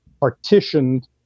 Partitioned